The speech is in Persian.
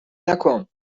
نکن